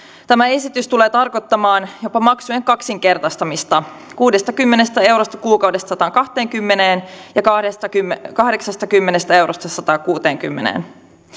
tämä esitys tulee tarkoittamaan jopa maksujen kaksinkertaistamista kuudestakymmenestä eurosta kuukaudessa sataankahteenkymmeneen ja kahdeksastakymmenestä eurosta sataankuuteenkymmeneen